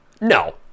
No